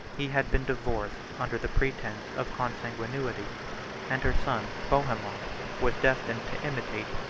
he had been divorced under the pretence of consanguinity and her son bohemond was destined to imitate,